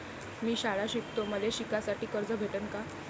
मी शाळा शिकतो, मले शिकासाठी कर्ज भेटन का?